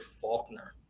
Faulkner